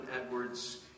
Edwards